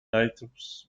items